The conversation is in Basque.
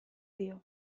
dio